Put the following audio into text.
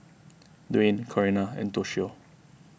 Dwain Corina and Toshio